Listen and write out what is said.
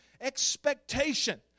expectation